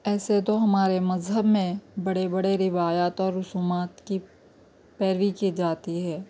ایسے تو ہمارے مذہب میں بڑے بڑے روایات اور رسومات کی پیروی کی جاتی ہے